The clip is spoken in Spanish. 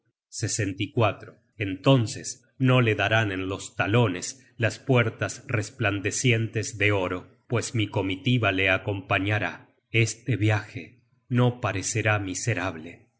esposos de nombre entonces no le darán en los talones las puertas resplandecientes de oro pues mi comitiva le acompañará este viaje no parecerá miserable